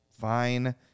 fine